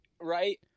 Right